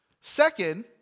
Second